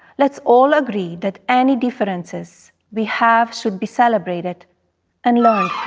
let's all agree that any differences we have should be celebrated and learned how